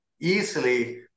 easily